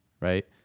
right